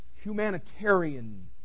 humanitarian